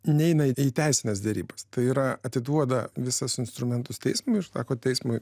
neina į teisines derybastai yra atiduoda visas instrumentus teismui sako teismui